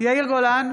יאיר גולן,